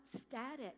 static